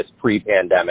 pre-pandemic